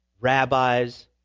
rabbi's